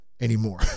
anymore